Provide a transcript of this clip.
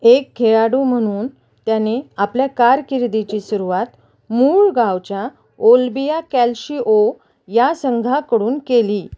एक खेळाडू म्हणून त्याने आपल्या कारकिर्दीची सुरुवात मूळ गावच्या ओल्बिया कॅल्शीिओ या संघाकडून केली